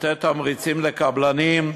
לתת תמריצים לקבלנים,